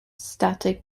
static